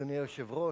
אדוני היושב-ראש,